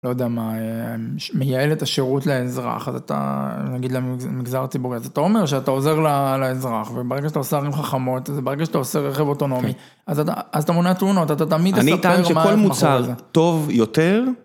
לא יודע מה, מייעל את השירות לאזרח, אז אתה, נגיד למגזר ציבורי, אז אתה אומר שאתה עוזר לאזרח, וברגע שאתה עושה ערים חכמות, אז ברגע שאתה עושה רכב אוטונומי, אז אתה מונע תאונות, אתה תמיד אספר מה מאחורי זה. אני אטען שכל מוצר טוב יותר